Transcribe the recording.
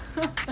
!huh!